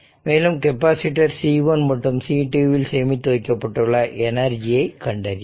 மேலும் capacitor C1 மற்றும் C2 இல் சேமித்து வைக்கப்பட்டுள்ள எனர்ஜியை கண்டறியவும்